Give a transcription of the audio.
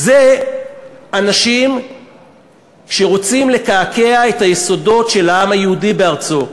אלה אנשים שרוצים לקעקע את היסודות של העם היהודי בארצו,